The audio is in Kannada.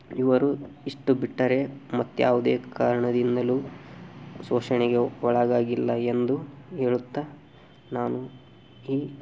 ಇವರು ಇಷ್ಟು ಬಿಟ್ಟರೆ ಮತ್ಯಾವುದೇ ಕಾರಣದಿಂದಲೂ ಶೋಷಣೆಗೆ ಒಳಗಾಗಿಲ್ಲ ಎಂದು ಹೇಳುತ್ತಾ ನಾನು ಈ